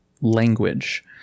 language